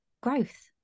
Growth